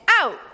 out